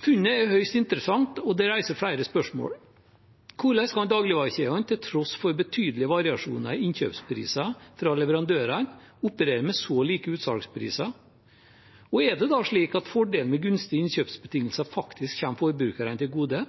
Funnet er høyst interessant, og det reiser flere spørsmål. Hvordan kan dagligvarekjedene, til tross for betydelige variasjoner i innkjøpspriser fra leverandørene, operere med så like utsalgspriser? Er det da slik at fordelen med gunstige innkjøpsbetingelser faktisk kommer forbrukerne til gode?